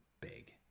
big